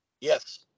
Yes